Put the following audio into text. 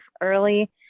early